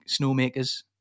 snowmakers